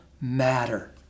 matter